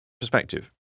perspective